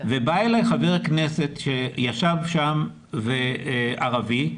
בא אלי חבר כנסת שישב שם, חבר כנסת ערבי,